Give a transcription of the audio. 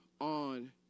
on